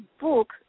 book